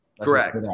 Correct